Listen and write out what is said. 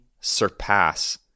surpass